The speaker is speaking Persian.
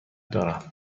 دارم